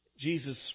Jesus